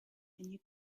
you